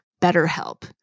BetterHelp